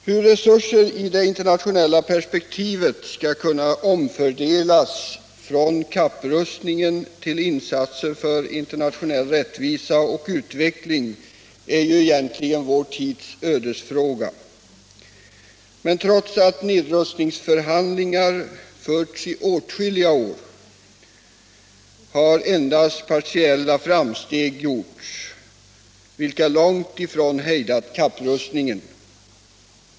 Hur resurser i det internationella perspektivet skall kunna omfördelas från kapprustningen till insatser för internationell rättvisa och utveckling är väl vår tids ödesfråga. Men trots att nedrustningsförhandlingar förts i åtskilliga år har endast partiella framsteg gjorts, vilka långt ifrån hejdat — Nr 96 kapprustningen.